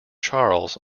charles